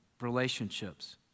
Relationships